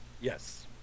Yes